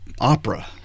opera